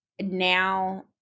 now